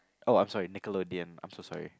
oh I'm sorry Nickelodeon I'm so sorry